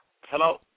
Hello